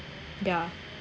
yeah